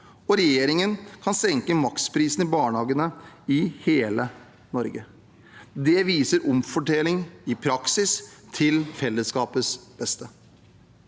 og regjeringen kan senke maksprisen i barnehagene i hele Norge. Det viser omfordeling i praksis, til fellesskapets beste.